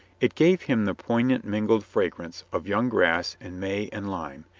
it gave him the poignant mingled fragrance of young grass and may and lime,